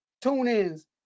tune-ins